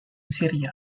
syria